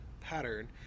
pattern